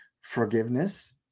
Forgiveness